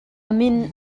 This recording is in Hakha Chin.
min